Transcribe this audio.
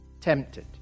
tempted